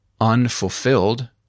unfulfilled